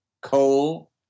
coal